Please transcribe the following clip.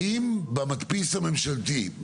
האם במדפיס הממשלתי,